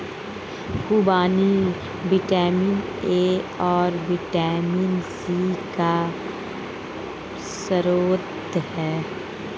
खूबानी vitamin A और vitamin C का स्रोत है